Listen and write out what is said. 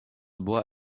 bois